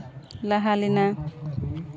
ᱞᱟᱦᱟ ᱞᱮᱱᱟ